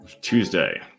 Tuesday